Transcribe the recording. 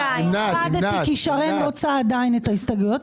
הורדתי כי שרן רוצה עדיין את ההסתייגויות.